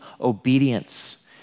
obedience